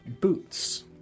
boots